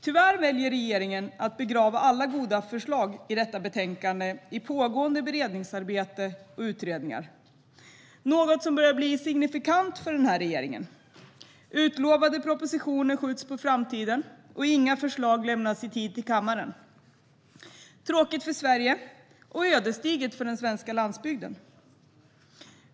Tyvärr väljer regeringen att begrava alla goda förslag i detta betänkande i pågående beredningsarbete och utredningar. Det är något som börjar bli signifikant för den här regeringen. Utlovade propositioner skjuts på framtiden, och inga förslag lämnas till kammaren i tid. Det är tråkigt för Sverige och ödesdigert för den svenska landsbygden.